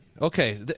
Okay